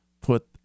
put